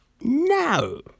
no